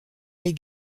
les